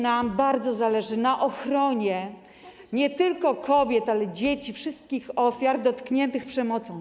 Nam również bardzo zależy na ochronie nie tylko kobiet, ale i dzieci, wszystkich ofiar, ludzi dotkniętych przemocą.